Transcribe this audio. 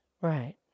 Right